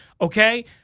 okay